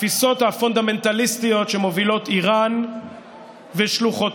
התפיסות הפונדמנטליסטיות שמובילות איראן ושלוחותיה,